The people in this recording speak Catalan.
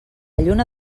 lluna